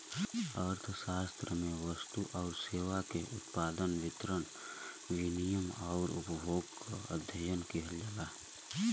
अर्थशास्त्र में वस्तु आउर सेवा के उत्पादन, वितरण, विनिमय आउर उपभोग क अध्ययन किहल जाला